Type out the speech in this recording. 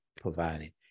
providing